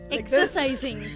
exercising